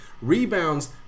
rebounds